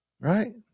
Right